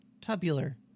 tubular